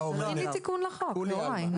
תכין לי תיקון לחוק, יוראי.